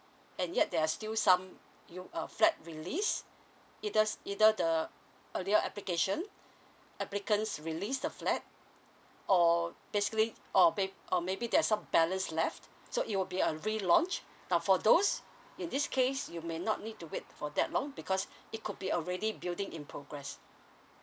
and yet there are still some new uh flat release eithers either the earlier application applicants release the flat or basically or may or maybe there are some balance left so it will be a relaunch now for those in this case you may not need to wait for that long because it could be already building in progress